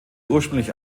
ursprünglich